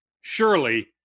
surely